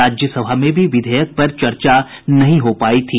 राज्यसभा में भी विधेयक पर चर्चा नहीं हो पाई थी